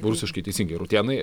rusiškai teisingai rutėnai